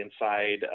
inside